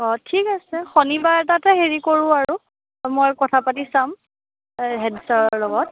অ ঠিক আছে শনিবাৰ এটাতে হেৰি কৰোঁ আৰু মই কথা পাতি চাম হেডছাৰৰ লগত